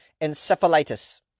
encephalitis